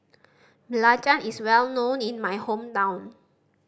belacan is well known in my hometown